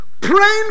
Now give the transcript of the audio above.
Praying